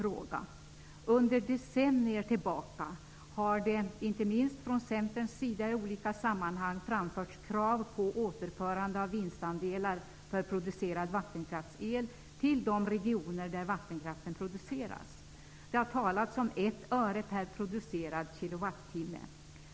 Sedan decennier tillbaka har det från Centerns sida i olika sammanhang framförts krav på återförande av vinstandelar för producerad vattenkraftsel till de regioner där vattenkraften produceras. Det har talats om 1 öre per producerad kilowattimme.